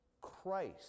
Christ